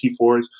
T4s